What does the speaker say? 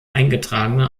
eingetragene